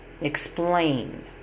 Explain